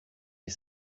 des